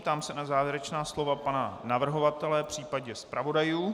Ptám se na závěrečná slova pana navrhovatele případně zpravodajů.